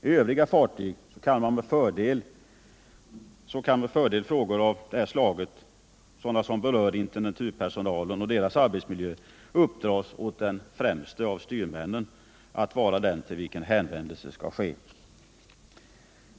I övriga fartyg kan med fördel frågor av detta slag, som berör intendenturpersonalen och deras arbetsmiljö, uppdras åt den främste av styrmännen att vara den till vilken hänvändelse skall ske.